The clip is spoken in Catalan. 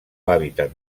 hàbitat